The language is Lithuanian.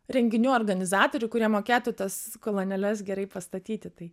renginių organizatorių kurie mokėtų tas kolonėles gerai pastatyti tai